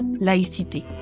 laïcité